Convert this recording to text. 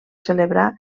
celebrar